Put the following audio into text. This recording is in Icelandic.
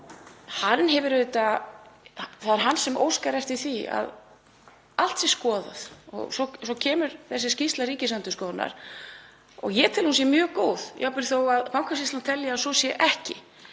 efnahagsráðherra — það er hann sem óskar eftir því að allt sé skoðað og svo kemur þessi skýrsla Ríkisendurskoðunar. Ég tel að hún sé mjög góð, jafnvel þó að Bankasýslan telji að svo sé ekki.